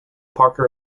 parker